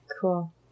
cool